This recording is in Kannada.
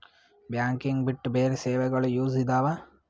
ಬ್ಯಾಂಕಿಂಗ್ ಬಿಟ್ಟು ಬೇರೆ ಸೇವೆಗಳು ಯೂಸ್ ಇದಾವ?